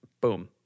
boom